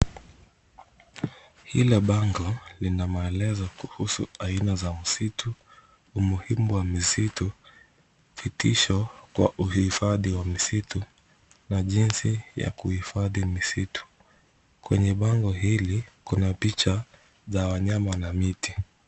Hila bango, lina maelezo kuhusu aina za msitu, umuhimu wa misitu, vitisho kwa uhifadhi wa misitu, na jinsi ya kuhifadhi misitu, kwenye bango hili kuna picha, za wanyama na miti.